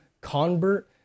convert